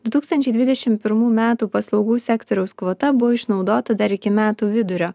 du tūkstančiai dvidešim pirmų metų paslaugų sektoriaus kvota buvo išnaudota dar iki metų vidurio